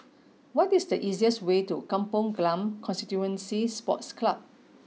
what is the easiest way to Kampong Glam Constituency Sports Club